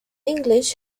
english